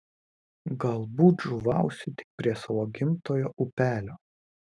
galbūt žuvausiu tik prie savo gimtojo upelio